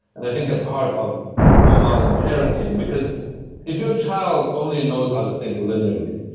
and i think that part of more modern parenting, because if your child only knows how to think linearly,